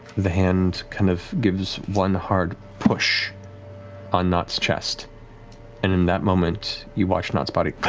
the hand kind of gives one hard push on nott's chest, and in that moment, you watch nott's body